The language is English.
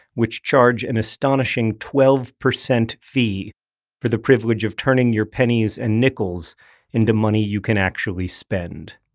which charge an astonishing twelve percent fee for the privilege of turning your pennies and nickels into money you can actually spend.